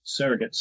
surrogates